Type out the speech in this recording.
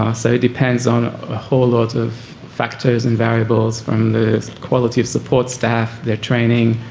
um so it depends on a whole lot of factors and variables from the quality of support staff, their training,